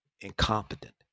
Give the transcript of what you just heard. incompetent